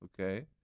okay